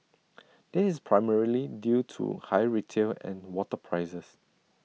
this is primarily due to higher retail and water prices